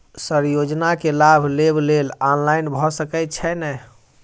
Sir योजना केँ लाभ लेबऽ लेल ऑनलाइन भऽ सकै छै नै?